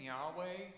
Yahweh